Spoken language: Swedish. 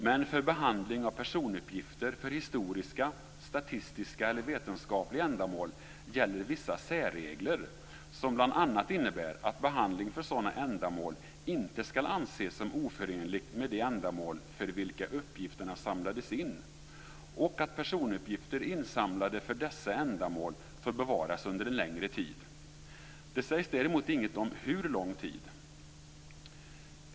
Men för behandling av personuppgifter för historiska, statistiska eller vetenskapliga ändamål gäller vissa särregler som bl.a. innebär att behandling för sådana ändamål inte skall anses som oförenligt med det ändamål för vilka uppgifterna samlades in och att personuppgifter insamlade för dessa ändamål får bevaras under en längre tid. Det sägs däremot ingenting om hur lång tid.